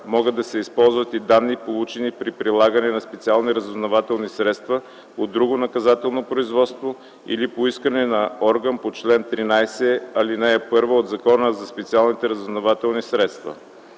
могат да се ползват и данните, получени при прилагане на специални разузнавателни средства от друго наказателно производство или по искане на орган по чл. 13, ал. 1 от Закона за специалните разузнавателни средства.